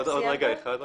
עוד רגע אחד רק.